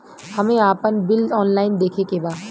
हमे आपन bill online देखे के बा?